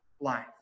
life